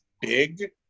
big